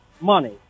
money